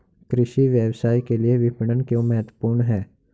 कृषि व्यवसाय के लिए विपणन क्यों महत्वपूर्ण है?